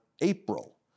April